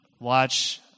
watch